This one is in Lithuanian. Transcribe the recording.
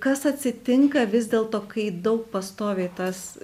kas atsitinka vis dėlto kai daug pastoviai tas